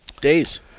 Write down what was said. days